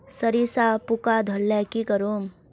सरिसा पूका धोर ले की करूम?